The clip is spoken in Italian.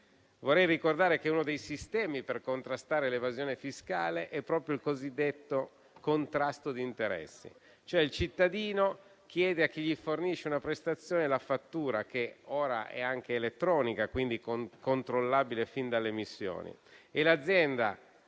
Vorrei ricordare che uno dei sistemi per contrastare l'evasione fiscale è proprio il cosiddetto contrasto di interessi, cioè il cittadino chiede a chi gli fornisce una prestazione la fattura, che ora è anche elettronica (quindi controllabile fin dall'emissione), e l'azienda,